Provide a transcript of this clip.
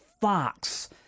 Fox